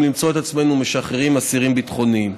למצוא את עצמנו משחררים אסירים ביטחוניים.